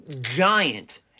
giant